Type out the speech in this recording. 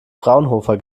fraunhofer